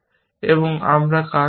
এবং আমার কাজ শেষ